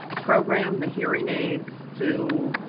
program the hearing aids to,